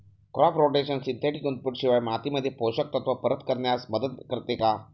Crop rotation synthetic input शिवाय मातीमध्ये पोषक तत्त्व परत करण्यास मदत करते का?